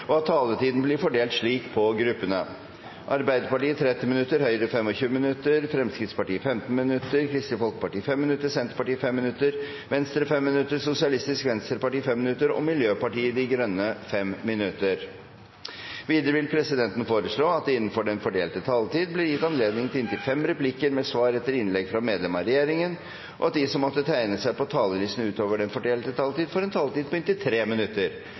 og at taletiden blir fordelt slik på gruppene: Arbeiderpartiet 30 minutter, Høyre 25 minutter, Fremskrittspartiet 15 minutter, Kristelig Folkeparti 5 minutter, Senterpartiet 5 minutter, Venstre 5 minutter, Sosialistisk Venstreparti 5 minutter og Miljøpartiet De Grønne 5 minutter. Videre vil presidenten foreslå at det blir gitt anledning til inntil fem replikker med svar etter innlegg fra medlem av regjeringen innenfor den fordelte taletid, og at de som måtte tegne seg på talerlisten utover den fordelte taletid, får en taletid på inntil 3 minutter.